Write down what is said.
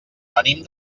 venim